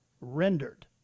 rendered